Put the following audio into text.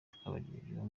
twabagejejeho